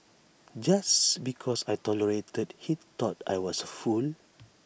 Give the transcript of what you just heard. just because I tolerated he thought I was A fool